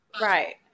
Right